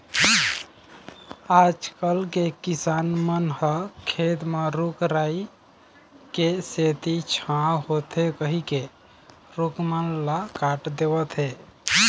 आजकल के किसान मन ह खेत म रूख राई के सेती छांव होथे कहिके रूख मन ल काट देवत हें